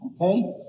okay